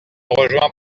rejoint